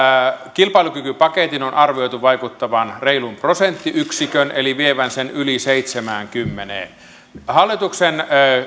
kilpailukykypaketin on on arvioitu vaikuttavan reilun prosenttiyksikön eli vievän sen yli seitsemäänkymmeneen hallituksen